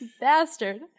Bastard